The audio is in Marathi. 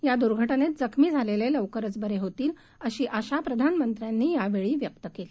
या दुर्घटनेत जखमी झालेले लवकरच बरे होतील अशी आशा प्रधानमंत्र्यांनी यावेकी व्यक्त केली